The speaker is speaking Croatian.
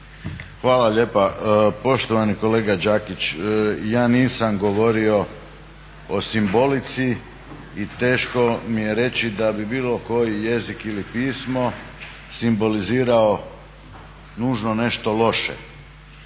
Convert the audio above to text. Hvala lijepa. Poštovani kolega Đakić, ja nisam govorio o simbolici i teško mi je reći da bi bilo koji jezik ili pismo simbolizirao nužno nešto loše.